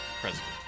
president